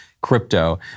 crypto